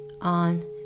on